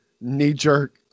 knee-jerk